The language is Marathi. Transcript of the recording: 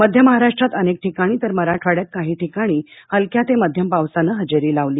मध्य महाराष्ट्रात अनेक ठिकाणी तर मराठवाड्यात काही ठिकाणी हलक्या ते मध्यम पावसानं हजेरी लावली